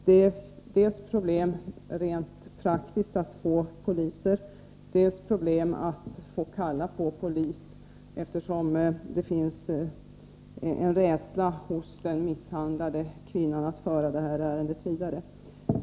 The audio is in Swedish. Det är dels problem rent praktiskt att få poliser, dels problem att få kalla på polis, eftersom det finns en rädsla hos den misshandlade kvinnan att föra ärendet vidare.